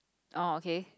oh okay